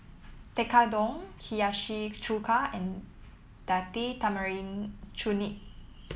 Tekkadon Hiyashi Chuka and Date Tamarind Chutney